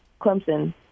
Clemson